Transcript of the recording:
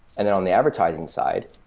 and and on the advertising side,